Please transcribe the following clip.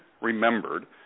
Remembered